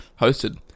hosted